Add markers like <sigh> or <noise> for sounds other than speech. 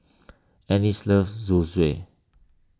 <noise> Annis loves Zosui